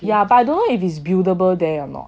yeah but I don't know if it's buildable there or not